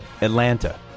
Atlanta